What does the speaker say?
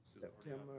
September